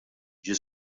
ġie